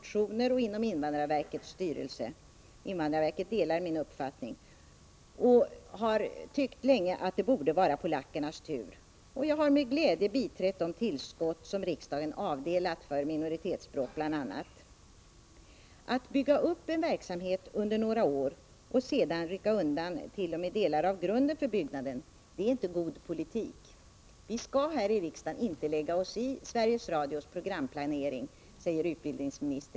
På invandrarverket delar man min uppfattning, och man har länge tyckt att det borde vara polackernas tur att komma i fråga. Jag har med glädje biträtt de tillskott som riksdagen avdelat för bl.a. minoritetsspråken. Att först bygga upp en verksamhet under några år och sedan t.o.m. rycka undan delar av grunden för denna är inte god politik. Vi här i riksdagen skall inte lägga oss i Sveriges Radios programplanering, säger statsrådet.